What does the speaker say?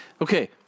okay